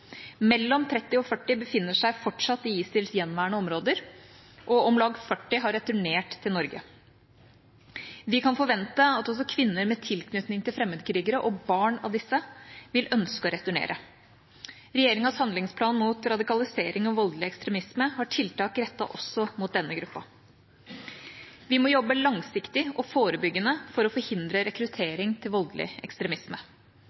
Mellom 30 og 40 befinner seg fortsatt i ISILs gjenværende områder, og om lag 40 har returnert til Norge. Vi kan forvente at også kvinner med tilknytning til fremmedkrigere, og barn av disse, vil ønske å returnere. Regjeringas handlingsplan mot radikalisering og voldelig ekstremisme har tiltak rettet også mot denne gruppa. Vi må jobbe langsiktig og forebyggende for å forhindre rekruttering til voldelig ekstremisme.